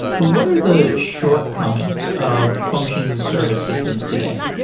what are the shortcomings of functions as a service systems today?